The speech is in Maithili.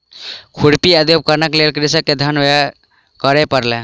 खुरपी आदि उपकरणक लेल कृषक के धन व्यय करअ पड़लै